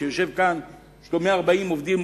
שיושב כאן ויש בו 140 עובדים,